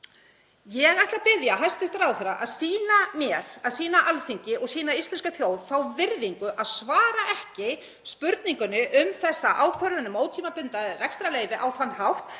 Ég ætla að biðja hæstv. ráðherra að sýna mér, sýna Alþingi og sýna íslenskri þjóð þá virðingu að svara ekki spurningunni um þessa ákvörðun um ótímabundið rekstrarleyfi á þann hátt